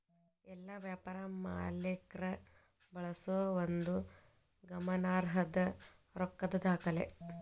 ಎಲ್ಲಾ ವ್ಯಾಪಾರ ಮಾಲೇಕ್ರ ಬಳಸೋ ಒಂದು ಗಮನಾರ್ಹದ್ದ ರೊಕ್ಕದ್ ದಾಖಲೆ